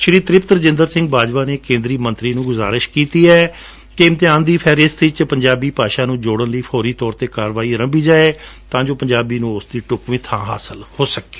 ਸ਼੍ਰੀ ਤ੍ਰਿਪਤ ਰਾਜਿੰਦਰ ਸਿੰਘ ਬਾਜਵਾ ਨੇ ਕੇਂਦਰੀ ਮੰਤਰੀ ਨੂੰ ਗੁਜਾਰਿਸ਼ ਕੀਤੀ ਹੈ ਕਿ ਜੇਈਈ ਇਮਤਿਹਾਨ ਦੀ ਫੈਹਰਿਸਤ ਵਿਚ ਪੰਜਾਬੀ ਭਾਸ਼ਾ ਨੂੰ ਜੋੜਨ ਲਈ ਫੌਰੀ ਤੌਰ ਤੇ ਕਾਰਵਾਈ ਅਰੰਭੀ ਜਾਵੇ ਤਾਂ ਕਿ ਪੰਜਾਬੀ ਨੂੰ ਉਸ ਦੀ ਢੁਕਵੀ ਬਾਂ ਮਿਲ ਸਕੇ